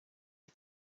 the